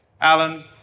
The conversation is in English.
Alan